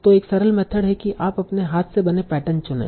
तो एक सरल मेथड है कि आप अपने हाथ से बने पैटर्न चुनें